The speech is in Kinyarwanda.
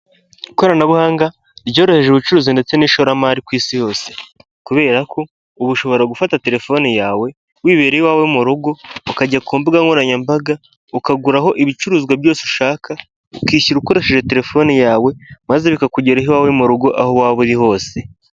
Ikoranabuhanga ryoroheje ubucuruzi ndetse n'ishoramari ku isi yose ,kubera ko uba ushobora gufata telefoni yawe wibera iwawe mu rugo ukajya ku mbuga nkoranyambaga ukagura aho ibicuruzwa byose ushaka ,ukishyura ukoresheje telefone yawe maze bikakugera iwawe mu rugo aho waba uri hose.